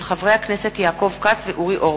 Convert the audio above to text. של חברי הכנסת יעקב כץ ואורי אורבך,